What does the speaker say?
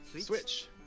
switch